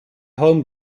home